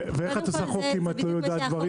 ואיך את עושה חוק אם את לא יודעת דברים?